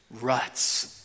ruts